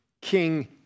King